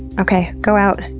okay. go out. and